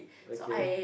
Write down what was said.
okay